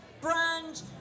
brand